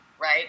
right